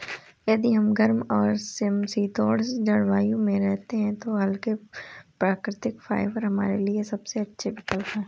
यदि हम गर्म और समशीतोष्ण जलवायु में रहते हैं तो हल्के, प्राकृतिक फाइबर हमारे लिए सबसे अच्छे विकल्प हैं